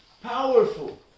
powerful